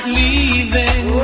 leaving